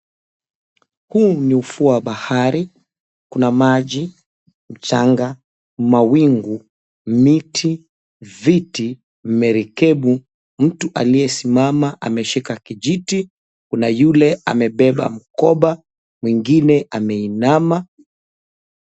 Huu ni ufuo wa bahari kuna maji, mchanga, mawingu, miti, viti, merikebu. Mtu aliyesimama ameshika kijiti. Kuna yule amebeba mkoba mwingine ameinama.